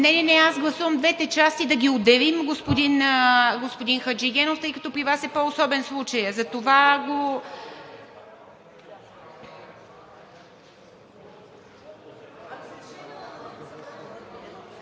Не, не, аз гласувам двете части да ги отделим, господин Хаджигенов, тъй като при Вас е по-особен случая, затова го…